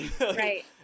right